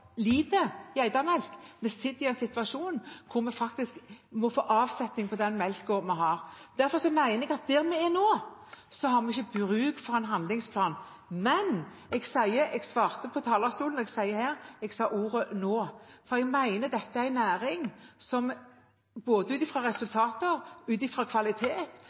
lite geitemelk. Vi er i en situasjon hvor vi faktisk må få avsetning på den melken vi har. Derfor mener jeg at slik det er nå, har vi ikke bruk for en handlingsplan. Men jeg sa «nå» – jeg sa det på talerstolen, og jeg sier det her. For jeg mener dette er en næring som, ut fra både resultater,